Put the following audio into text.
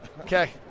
okay